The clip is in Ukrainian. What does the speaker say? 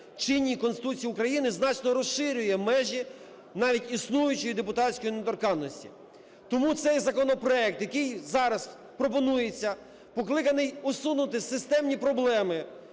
чинній Конституції України, значно розширює межі навіть існуючої депутатської недоторканності. Тому цей законопроект, який зараз пропонується, покликаний усунути системні проблеми,